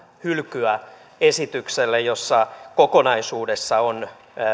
hylkyä esitykselle jossa kokonaisuudessa on